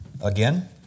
Again